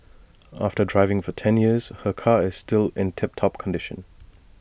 after driving for ten years her car is still in tip top condition